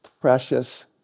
precious